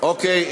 אוקיי.